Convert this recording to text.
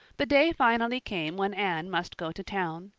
the day finally came when anne must go to town.